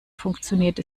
funktioniert